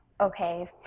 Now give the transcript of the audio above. okay